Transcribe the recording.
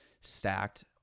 stacked